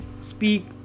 speak